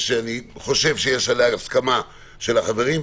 שאני חושב שיש עליה הסכמת החברים.